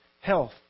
health